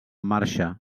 marxa